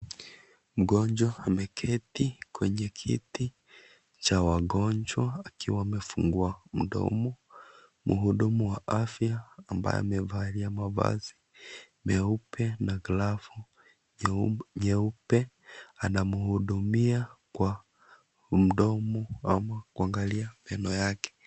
Mgonjwa ameketi kwenye kiti cha wagonjwa akiwa amefungua mdomo. Mhudumu wa afya ambaye amevalia mavazi meupe na glavu nyeupe anamhudumia kwa mdomo ama kuangalia meno yake.